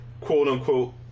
quote-unquote